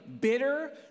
bitter